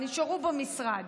נשארו במשרד.